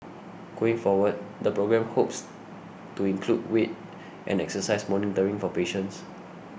going forward the programme hopes to include weight and exercise monitoring for patients